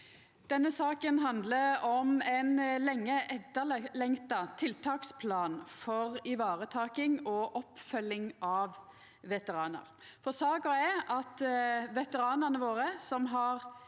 Denne saka handlar om ein lenge etterlengta tiltaksplan for varetaking og oppfølging av veteranar. Saka er at veteranane våre, som har